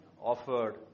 offered